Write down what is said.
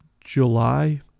july